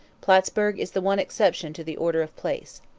plattsburg is the one exception to the order of place.